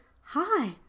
Hi